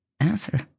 answer